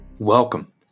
Welcome